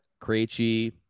Krejci